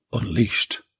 unleashed